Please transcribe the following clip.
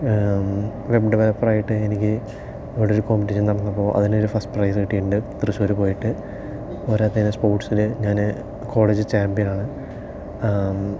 web ഡെവലപ്പറായിട്ട് എനിക്ക് ഇവിടെ ഒരു കോമ്പറ്റീഷൻ നടന്നപ്പോൾ അതിനൊരു ഫസ്റ്റ് പ്രൈസ് കിട്ടിയിട്ടുണ്ട് തൃശ്ശൂർ പോയിട്ട് പോരാത്തതിന് സ്പോർട്സിൽ ഞാൻ കോളേജ് ചാമ്പ്യനാണ്